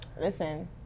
Listen